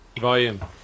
Volume